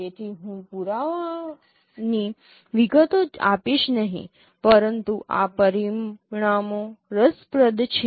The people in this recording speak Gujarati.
તેથી હું પુરાવાઓની વિગતો આપીશ નહીં પરંતુ આ પરિણામો રસપ્રદ છે